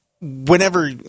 whenever